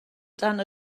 dan